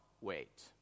wait